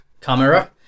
camera